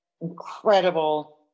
incredible